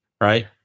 right